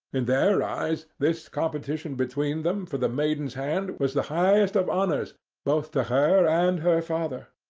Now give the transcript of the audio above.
in their eyes this competition between them for the maiden's hand was the highest of honours both to her and her father.